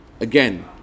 again